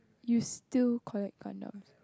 you still collect Gundams